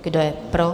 Kdo je pro?